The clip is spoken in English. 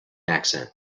accent